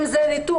אם זה ניתוח,